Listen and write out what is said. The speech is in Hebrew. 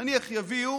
נניח יביאו